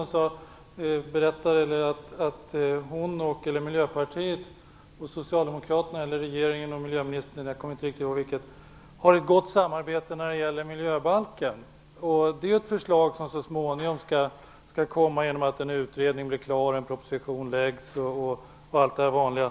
Hon berättade att Miljöpartiet och Socialdemokraterna - eller regeringen och miljöministern, jag kommer inte ihåg vilket - har ett gott samarbete när det gäller miljöbalken. Det är ju ett förslag som skall komma så småningom genom att en utredning blir klar, en proposition läggs fram och allt det vanliga.